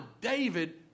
David